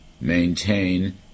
maintain